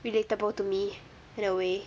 relatable to me in a way